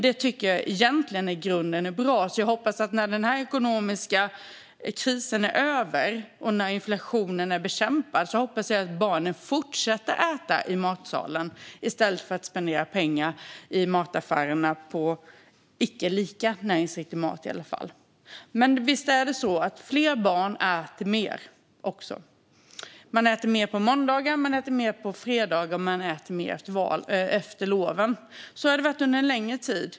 Det är egentligen i grunden bra. Jag hoppas att barnen när den ekonomiska krisen är över och inflationen är bekämpad fortsätter att äta i matsalen i stället för att spendera pengar i mataffärerna på i varje fall inte lika näringsriktig mat. Men visst äter också fler barn mer. De äter mer på måndagar, på fredagar och efter loven. Så har det varit under en längre tid.